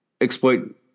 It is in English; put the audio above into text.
exploit